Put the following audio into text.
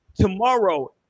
tomorrow